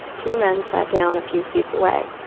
ah two men sat down a few seats away.